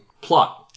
plot